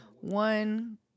One